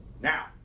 Now